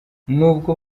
nubwo